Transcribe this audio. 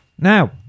Now